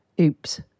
Oops